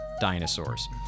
dinosaurs